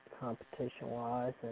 competition-wise